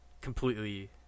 completely